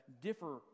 differ